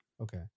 Okay